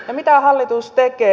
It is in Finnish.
ja mitä hallitus tekee